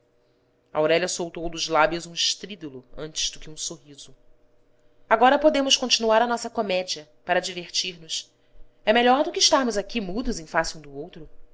aurélia soltou dos lábios um estrídulo antes do que um sorriso agora podemos continuar a nossa comédia para divertir nos é melhor do que estarmos aqui mudos em face um do outro